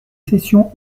cessions